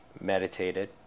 meditated